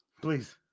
please